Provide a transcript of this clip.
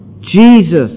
Jesus